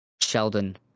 Sheldon